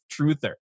truther